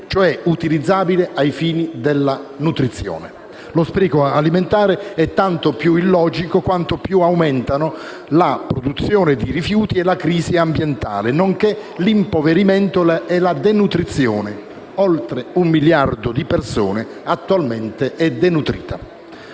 cioè utilizzabile ai fini della nutrizione. Lo spreco alimentare è tanto più illogico quanto più aumentano la produzione di rifiuti e la crisi ambientale, nonché l'impoverimento e la denutrizione (oltre 1 miliardo di persone attualmente sono denutrite).